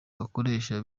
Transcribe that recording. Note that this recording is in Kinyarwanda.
bakoresha